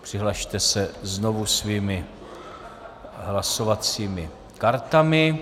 Přihlaste se znovu svými hlasovacími kartami.